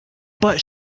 but